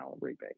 rebate